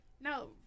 No